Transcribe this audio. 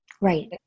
right